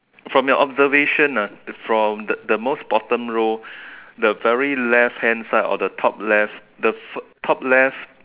from your observation ah from the the most bottom row the very left hand side of the top left the fir~ top left